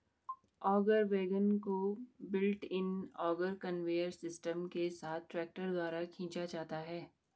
auger wagon को built in auger conveyor system के साथ ट्रैक्टर द्वारा खींचा जाता है